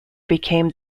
became